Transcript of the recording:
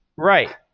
right,